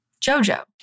JoJo